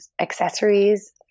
accessories